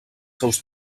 seus